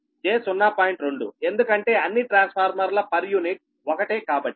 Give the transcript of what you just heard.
2 ఎందుకంటే అన్ని ట్రాన్స్ఫార్మర్ల పర్ యూనిట్ ఒకటే కాబట్టి